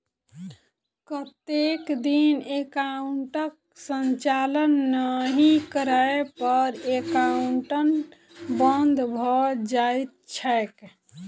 कतेक दिन एकाउंटक संचालन नहि करै पर एकाउन्ट बन्द भऽ जाइत छैक?